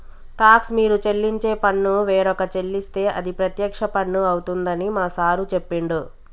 talks మీరు చెల్లించే పన్ను వేరొక చెల్లిస్తే అది ప్రత్యక్ష పన్ను అవుతుందని మా సారు చెప్పిండు